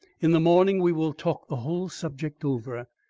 in the morning we will talk the whole subject over.